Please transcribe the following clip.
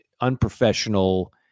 unprofessional